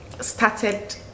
started